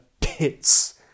pits